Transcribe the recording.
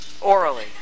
orally